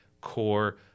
core